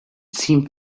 seemed